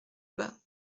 bas